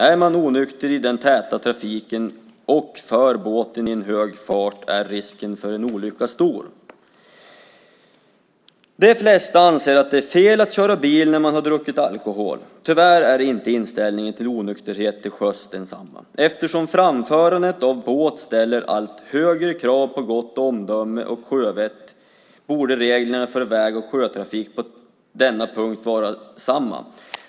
Om man i så tät trafik är onykter och för fram en båt i hög fart är risken för en olycka stor. De flesta anser att det är fel att köra bil när man har druckit alkohol. Tyvärr är inställningen till onykterhet till sjöss inte densamma. Eftersom framförandet av båt ställer allt högre krav på gott omdöme och sjövett borde reglerna för väg och sjötrafik på denna punkt vara desamma.